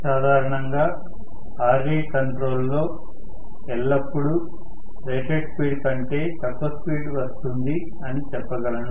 సాధారణంగా Raకంట్రోల్ లో ఎల్లప్పుడూ రేటెడ్ స్పీడ్ కంటే తక్కువ స్పీడ్ వస్తుంది అని చెప్పగలను